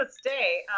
stay